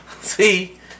See